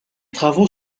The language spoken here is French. travaux